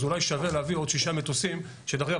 אז אולי שווה להביא עוד שישה מטוסים שדרך אגב